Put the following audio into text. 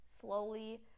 slowly